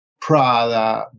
Prada